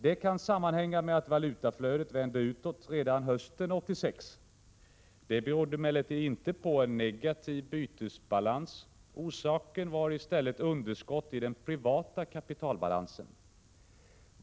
Detta kan sammanhänga med att valutaflödet vände utåt redan hösten 1986. Det berodde emellertid inte på en negativ bytesbalans. Orsaken var i stället underskott i den privata kapitalbalansen.